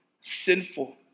sinful